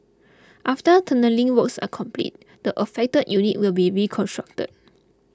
after tunnelling works are completed the affected unit will be reconstructed